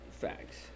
Facts